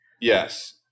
yes